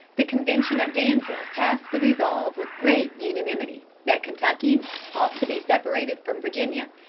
the convention at danville passed the resolve with great unanimity that kentucky ought to be separated from virginia,